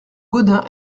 gaudin